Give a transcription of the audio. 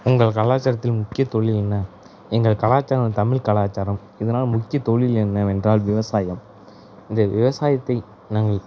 உங்கள் கலாச்சாரத்தில் முக்கிய தொழில் என்ன எங்கள் கலாச்சாரம் தமிழ் கலாச்சாரம் இதனால் முக்கிய தொழில் என்னவென்றால் விவசாயம் இந்த விவசாயத்தை நாங்கள்